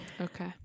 okay